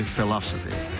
Philosophy